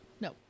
No